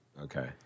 Okay